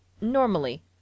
Normally